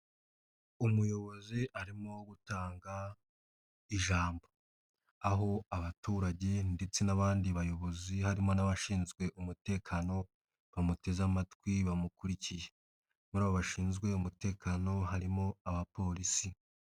Umuyobozi arimo gutanga ijambo, aho abaturage ndetse n'abandi bayobozi harimo n'abashinzwe umutekano bamuteze amatwi bamukurikiye, muri bo bashinzwe umutekano harimo abapolisi.